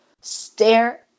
stare